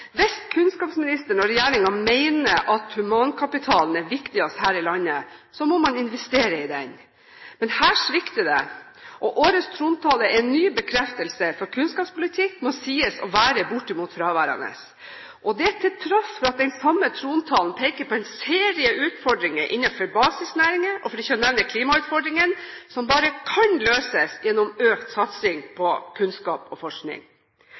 Hvis kunnskapsministeren og regjeringen mener at humankapitalen er viktigst her i landet, må man investere i den. Men her svikter det. Årets trontale er en ny bekreftelse, for kunnskapspolitikk må sies å være bortimot fraværende – det til tross for at den samme trontalen peker på en serie utfordringer innenfor basisnæringer – for ikke å nevne klimautfordringene, som bare kan løses gjennom økt satsing på kunnskap og forskning.